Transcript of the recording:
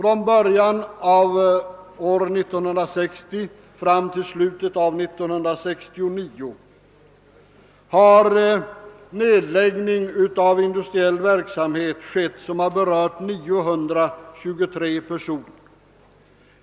Från början av år 1960 fram till slutet av 1969 har nedläggning av industriell verksamhet skett, vilken har berört 920 personer.